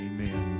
Amen